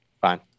fine